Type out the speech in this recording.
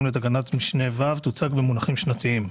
לתקנת משנה (ו) תוצג במונחים שנתיים.